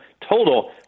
total